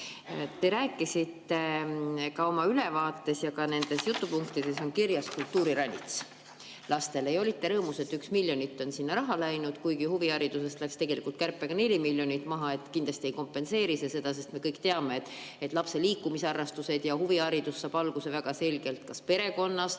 Te rääkisite oma ülevaates – ka nendes jutupunktides on see kirjas – kultuuriranitsast lastele. Olite rõõmus, et 1 miljon eurot on sinna raha läinud, kuigi huviharidusest läks kärpega 4 miljonit maha. [See 1 miljon] kindlasti ei kompenseeri seda [kärbet], sest me kõik teame, et lapse liikumisharrastus ja huviharidus saab alguse väga selgelt kas perekonnast